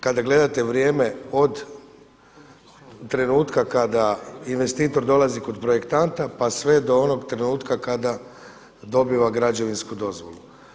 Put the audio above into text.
Kada gledate vrijeme od trenutka kada investitor dolazi kod projektanta pa sve do onog trenutka kada dobiva građevinsku dozvolu.